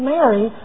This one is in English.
Mary